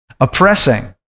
oppressing